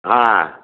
হ্যাঁ